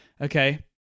Okay